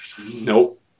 Nope